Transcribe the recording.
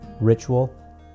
ritual